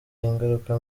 ingaruka